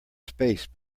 space